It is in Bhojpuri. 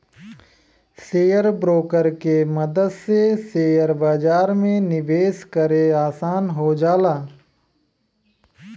शेयर ब्रोकर के मदद से शेयर बाजार में निवेश करे आसान हो जाला